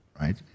right